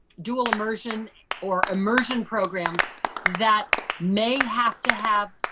dual immersion or immersion programs that may have to have,